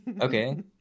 Okay